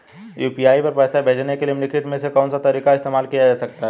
UPI पर पैसे भेजने के लिए निम्नलिखित में से कौन सा तरीका इस्तेमाल किया जा सकता है?